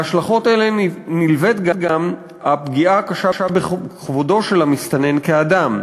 להשלכות האלה נלווית גם הפגיעה הקשה בכבודו של המסתנן כאדם.